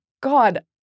God